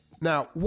Now